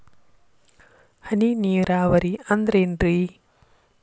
ಹನಿ ನೇರಾವರಿ ಅಂದ್ರೇನ್ರೇ?